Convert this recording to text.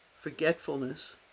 forgetfulness